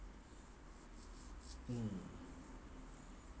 mm